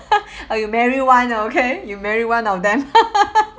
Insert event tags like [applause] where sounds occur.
oh you marry one okay you marry one of them [laughs]